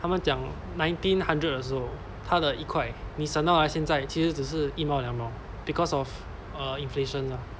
他们讲 nineteen hundred 的时候他的一块你想到啊现在其实只是一毛两毛 because of err inflation lah